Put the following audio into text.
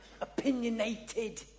Opinionated